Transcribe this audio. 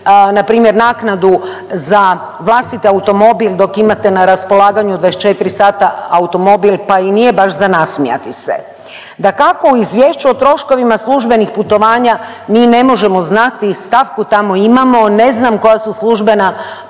npr. naknadu za vlastiti automobil dok imate na raspolaganju 24 sata automobil pa i nije baš za nasmijati se. Dakako u izvješću o troškovima službenih putovanja mi ne možemo znati, stavku tamo imamo ne znam koja su službena